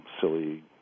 silly